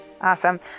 Awesome